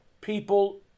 people